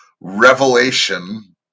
Revelation